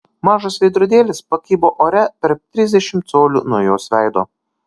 mažas veidrodėlis pakibo ore per trisdešimt colių nuo jos veido